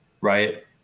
right